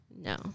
no